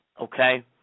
Okay